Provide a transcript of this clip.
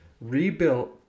rebuilt